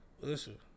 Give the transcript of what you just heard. listen